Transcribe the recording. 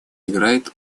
играет